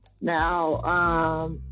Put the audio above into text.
now